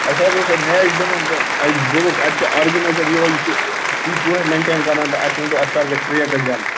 اَسہِ حظ اوس اَتہِ میچ گِنٛدُن تہٕ اَسہِ دوٚپُکھ اَتہِ چھِ آرگٕنایزَر یِہوٚے یہِ چھُ پِچ یِہوٚے مٮ۪نٹین کَران تہٕ اَسہِ ؤنۍ تو اَسہِ کَر گژھِ ٹرٛیک حظ ییٚلہٕ